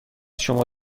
شما